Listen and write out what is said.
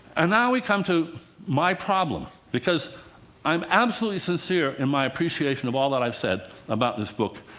and now we come to my problem. because i'm absolutely sincere in my appreciation of all that i said about this book.